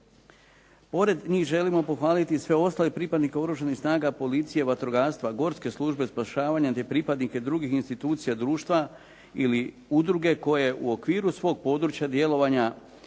Pored njih želimo pohvaliti i sve ostale pripadnike Oružanih snaga policije, vatrogastva, Gorske službe spašavanja, te pripadnike drugih institucija društva ili udruge koje u okviru svoga područja djelovanja